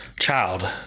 child